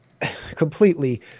completely